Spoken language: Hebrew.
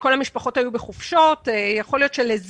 כל המשפחות היו בחופשות ויכול להיות שלזה